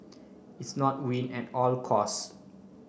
it's not win at all cost